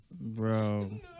bro